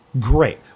Great